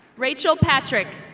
rachel patrick.